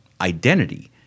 identity